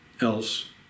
else